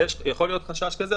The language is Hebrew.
ויכול להיות חשש כזה,